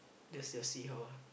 just just see how ah